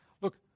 Look